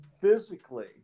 physically